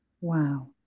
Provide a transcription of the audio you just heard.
Wow